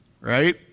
Right